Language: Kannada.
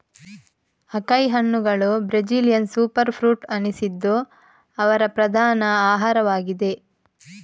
ಅಕೈ ಹಣ್ಣುಗಳು ಬ್ರೆಜಿಲಿಯನ್ ಸೂಪರ್ ಫ್ರೂಟ್ ಅನಿಸಿದ್ದು ಅವರ ಪ್ರಧಾನ ಆಹಾರವಾಗಿದೆ